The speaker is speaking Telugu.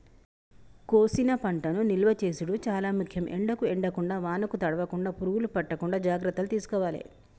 కోసిన పంటను నిలువ చేసుడు చాల ముఖ్యం, ఎండకు ఎండకుండా వానకు తడవకుండ, పురుగులు పట్టకుండా జాగ్రత్తలు తీసుకోవాలె